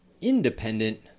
independent